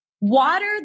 Water